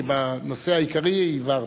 כי בנושא העיקרי הבהרת.